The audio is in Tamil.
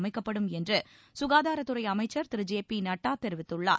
அமைக்கப்படும் என்று சுகாதாரத்துறை அமைச்சர் திரு ஜே பி நட்டா தெரிவித்துள்ளார்